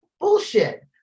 Bullshit